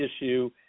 issue